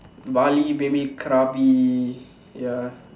Bali maybe Krabi ya